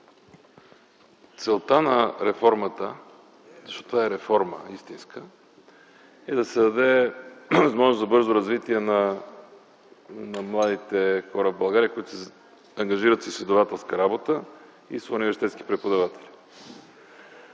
Целта на реформата, защото това е истинска реформа, е да се даде възможност за бързо развитие на младите хора в България, които се ангажират с изследователска работа и са университетски преподаватели.